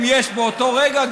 אם יש באותו רגע,